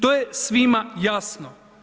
To je svima jasno.